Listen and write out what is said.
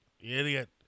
Idiot